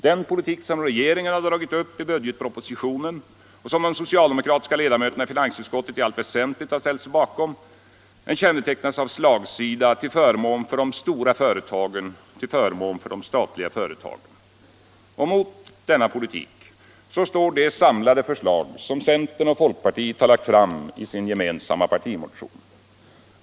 Den politik som regeringen har dragit upp i budgetpropositionen och som de socialdemokratiska ledamöterna i finansutskottet i allt väsentligt har ställt sig bakom kännetecknas av slagsida till förmån för de stora företagen och de statliga företagen. Mot denna politik står det samlade förslag som centern och folkpartiet har lagt fram i sin gemensamma partimotion.